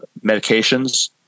medications